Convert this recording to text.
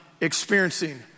experiencing